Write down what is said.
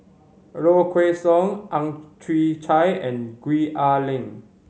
Low Kway Song Ang Chwee Chai and Gwee Ah Leng